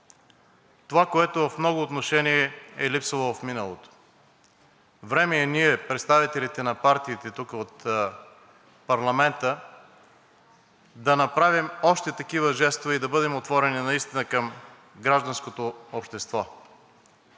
това, което в много отношения е липсвало в миналото. Време е и ние, представителите на партиите тук от парламента, да направим още такива жестове и да бъдем отворени наистина към гражданското общество,